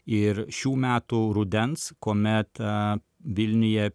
ir šių metų rudens kuomet vilniuje